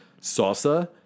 Salsa